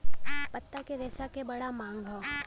पत्ता के रेशा क बड़ा मांग हौ